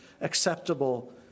acceptable